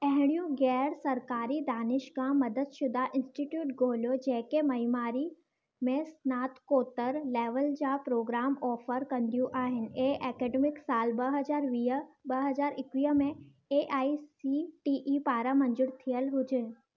अहिड़ियूं गै़रु सरकारी दानिशगाह मददशुदा इन्स्टिटयूट ॻोल्हियो जेके मइमारी में स्नात्कोतर लेवल जा प्रोग्राम ऑफर कंदियूं आहिनि ऐ ऐकडेमिक साल ॿ हज़ार वीह ॿ हज़ार एकवीह में A I C T E पारां मंज़ूरु थियलु हुजनि